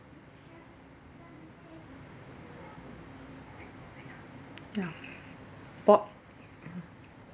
ya po~